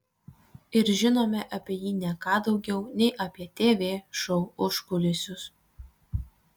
ir žinome apie jį ne ką daugiau nei apie tv šou užkulisius